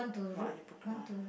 what are you procras~ uh